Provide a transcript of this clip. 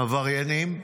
עבריינים,